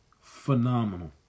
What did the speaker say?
phenomenal